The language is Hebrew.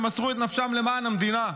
שמסרו את נפשם למען המדינה.